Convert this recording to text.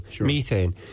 methane